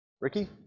Ricky